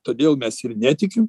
todėl mes ir netikim